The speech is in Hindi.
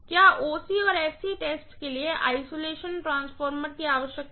क्या OC और SC टेस्ट के लिए आइसोलेशन ट्रांसफार्मर की आवश्यकता है